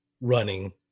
running